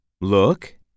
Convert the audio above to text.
look